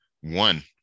one